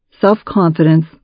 self-confidence